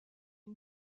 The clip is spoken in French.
une